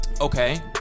Okay